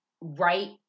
right